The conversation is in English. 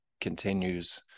continues